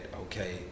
okay